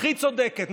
הכי צודקת,